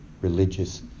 religious